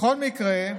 בכל מקרה,